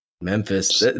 Memphis